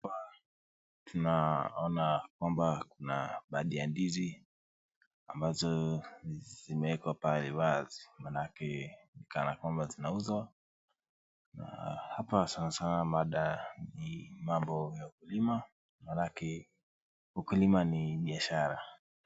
Hapa tunaona kwamba kuna baadhi ya ndizi ambazo zimeekwa pahali wazi, maana yake ni kana kwamba zinauzwa na hapa sasa mada ni mambo ya ukulima maana yake ukulima ni biashara.